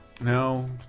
No